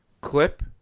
clip